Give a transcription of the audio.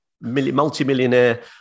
multi-millionaire